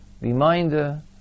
Reminder